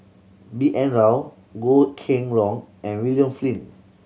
B N Rao Goh Kheng Long and William Flint